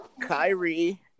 Kyrie